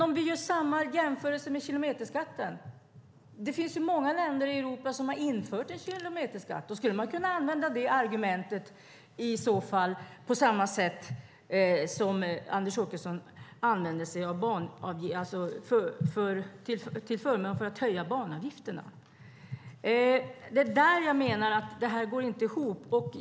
Om vi gör samma jämförelse med kilometerskatten - det finns ju många länder i Europa som har infört en kilometerskatt - skulle man i så fall kunna använda det argumentet på samma sätt som Anders Åkesson gjorde till förmån för att höja banavgifterna. Det är där jag menar att det inte går ihop.